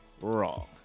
wrong